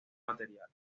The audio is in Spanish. material